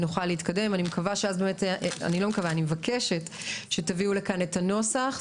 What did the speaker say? אני מבקשת שתביאו לכאן את הנוסח,